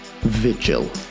Vigil